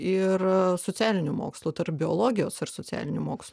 ir socialinių mokslų tarp biologijos ar socialinių mokslų